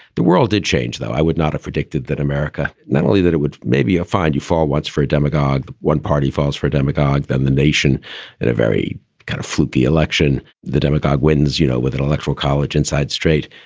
the world did change, though. i would not have predicted that america. not only that, it would maybe find you fall once for a demagogue, one party falls for a demagogue, then the nation at a very kind of fluke, the election, the demagogue wins, you know, with an electoral college inside straight.